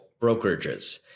brokerages